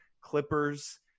Clippers